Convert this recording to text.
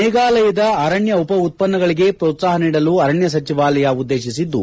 ಮೇಘಾಲಯದ ಅರಣ್ಯ ಉಪ ಉತ್ಪನ್ನಗಳಿಗೆ ಪ್ರೊತ್ಸಾಹ ನೀಡಲು ಅರಣ್ಯ ಸಚಿವಾಲಯ ಉದ್ದೇಶಿಸಿದ್ದು